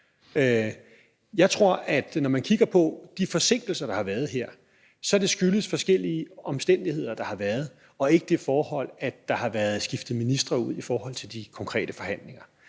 Jeg tror, at når man kigger på de forsinkelser, der har været her, så skyldes det forskellige omstændigheder og ikke det forhold, at der har været skiftet ministre ud i forhold til de konkrete forhandlinger.